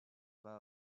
pas